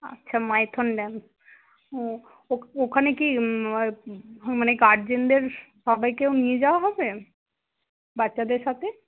আচ্ছা মাইথন ড্যাম ওখানে কি মানে গার্জেনদের সবাইকেও নিয়ে যাওয়া হবে বাচ্চাদের সাথে